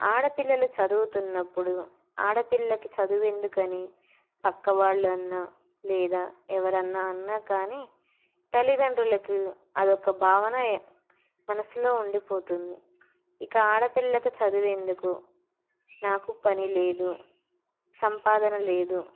ఆడపిల్లలు చదువుతున్నప్పుడు ఆడపిల్లకి చదువెందుకని పక్కవాళ్ళన్నా లేదా ఎవరైనా అన్నా కానీ తల్లిదండ్రులకు అదొక భావన మనసులో ఉండిపోతుంది ఇక ఆడపిల్లకు చదివేందుకు నాకు పని లేదు సంపాదన లేదు